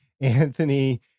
Anthony